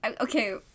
Okay